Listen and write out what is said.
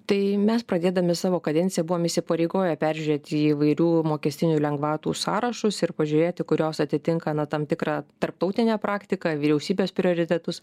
tai mes pradėdami savo kadenciją buvom įsipareigoję peržiūrėti įvairių mokestinių lengvatų sąrašus ir pažiūrėti kurios atitinka na tam tikrą tarptautinę praktiką vyriausybės prioritetus